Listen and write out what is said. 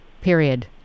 period